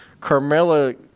Carmella